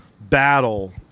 battle